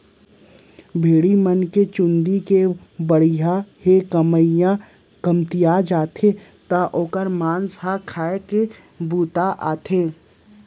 भेड़ी मन के चूंदी के बढ़ई ह कमतिया जाथे त ओकर मांस ह खाए के बूता आथे